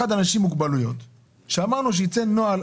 האחד אנשים עם מוגבלויות, שאמרנו שייצא נוהל